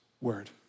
word